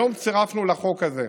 היום צירפנו לחוק הזה,